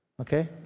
Okay